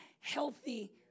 healthy